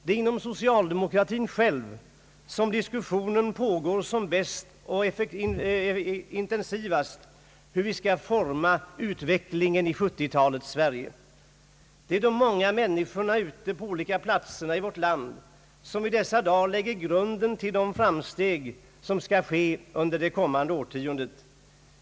Det är inom socialdemokratin själv som diskussionen pågår som bäst och intensivast om hur vi skall forma utvecklingen i 1970-talets Sverige. Det är de många människorna ute på olika platser i vårt land som i dessa dagar lägger grunden till de framsteg som skall ske under det kommande årtiondet.